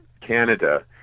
Canada